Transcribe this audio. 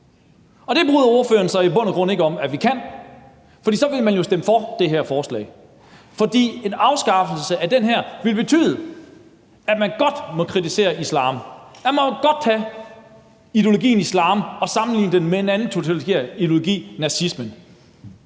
og det bryder ordføreren sig i bund og grund ikke om at man kan. Ellers så ville han jo stemme for det her forslag. En afskaffelse af den her paragraf ville betyde, at man godt må kritisere islam; at man godt må tage ideologien islam og sammenligne den med en anden totalitær ideologi: nazismen.